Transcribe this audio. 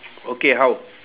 okay how